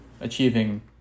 achieving